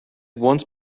once